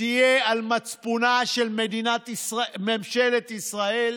תהיה על מצפונה של ממשלת ישראל